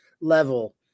level